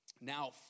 Now